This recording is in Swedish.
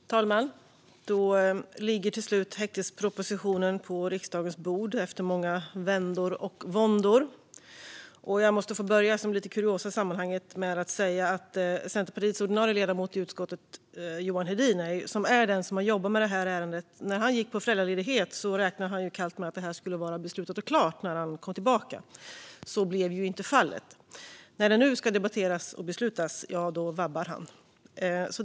Fru talman! Då ligger till slut häktningspropositionen på riksdagens bord, efter många vändor och våndor. Jag måste få börja med lite kuriosa i sammanhanget. Det är Centerpartiets ordinarie ledamot i utskottet, Johan Hedin, som har jobbat med det här ärendet. När han gick på föräldraledighet räknade han kallt med att ärendet skulle vara beslutat och klart när han kom tillbaka, men så blev inte fallet. Och när det nu ska debatteras och beslutas - ja, då vabbar han.